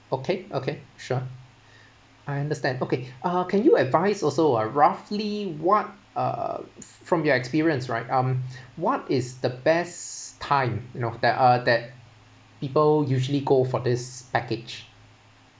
okay okay sure I understand okay uh can you advice also ah roughly what uh from your experience right um what is the best time you know that uh that people usually go for this package